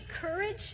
courage